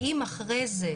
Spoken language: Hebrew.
אם אחרי זה,